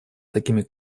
такими